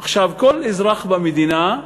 עכשיו, כל אזרח במדינה,